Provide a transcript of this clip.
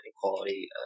equality